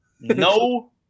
No